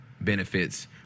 benefits